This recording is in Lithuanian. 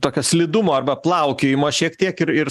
tokio slidumo arba plaukiojimo šiek tiek ir ir